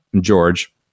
George